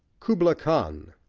kubla khan,